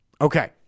Okay